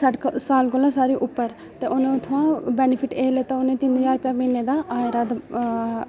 सट्ठ क साल कोला सारे उप्पर ते उनें उत्थुआं बेनिफिट एह् लैता उ'नें तिन ज्हार रपेआ म्हीने दा